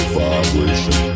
vibration